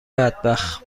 بدبخت